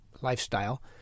lifestyle